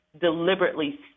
deliberately